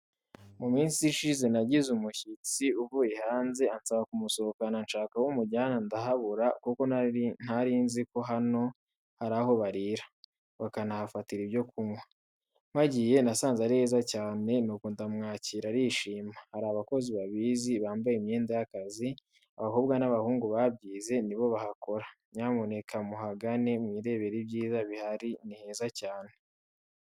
Mu minsi ishize nagize umushyitsi uvuye hanze, ansaba kumusohokana nshaka aho mujyana ndahabura kuko ntarinzi ko hano hari aho barira, bakanahafatira ibyo kunywa. Mpagiye nasanze ari heza cyane, nuko ndamwakira arishima. Hari abakozi babizi bambaye imyenda y'akazi, abakobwa n'abahungu babyize ni bo bahakora. Nyamuneka muhagane mwirebere ibyiza bihari ni heza cyane.